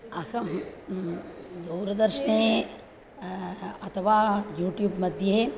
अहं दूरदर्शने अथवा यूटूब्मध्ये